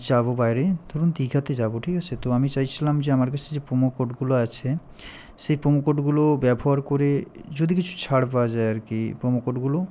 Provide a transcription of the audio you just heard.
যাবো বাইরে ধরুন দীঘাতে যাবো ঠিক আছে তো আমি চাইছিলাম যে আমার কাছে যে প্রোমো কোডগুলো আছে সেই প্রোমো কোডগুলো ব্যবহার করে যদি কিছু ছাড় পাওয়া যায় আর কি প্রোমো কোডগুলো